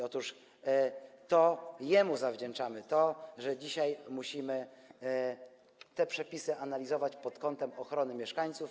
Otóż to jemu zawdzięczamy, że dzisiaj musimy te przepisy analizować pod kątem ochrony mieszkańców.